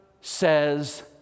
says